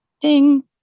Ding